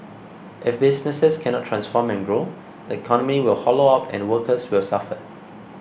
if businesses cannot transform and grow the economy will hollow out and workers will suffer